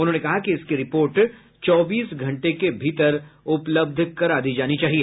उन्होंने कहा कि इसकी रिपोर्ट चौबीस घंटे के भीतर दी जानी चाहिए